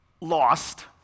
lost